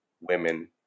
women